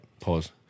pause